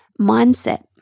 mindset